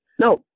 no